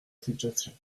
situation